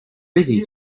busy